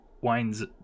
winds